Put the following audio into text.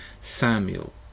Samuel